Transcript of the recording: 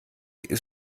ist